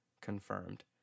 confirmed